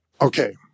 okay